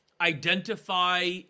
identify